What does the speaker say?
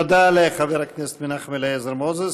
תודה לחבר הכנסת מנחם אליעזר מוזס